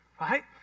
right